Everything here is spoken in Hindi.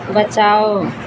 बचाओ